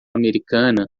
americana